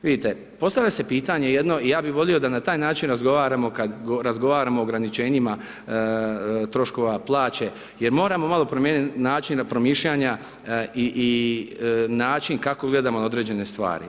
Vidite postavlja se pitanje, jedno i ja bi volio da na taj način razgovaramo, kada razgovaramo o ograničenjima troškova plaće, jer moramo malo promijeniti način promišljanja i način kako gledamo na određene stvari.